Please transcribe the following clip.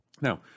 Now